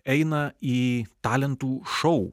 eina į talentų šou